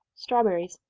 strawberries.